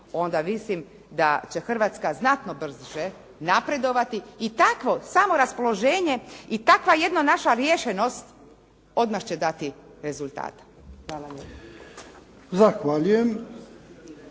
onda mislim da će Hrvatska znatno brže napredovati i takvo samo raspoloženje i takva jedna naša riješenost odmah će dati rezultata. Hvala